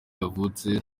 yavutse